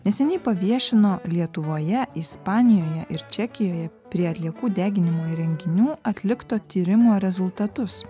neseniai paviešino lietuvoje ispanijoje ir čekijoje prie atliekų deginimo įrenginių atlikto tyrimo rezultatus